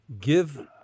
give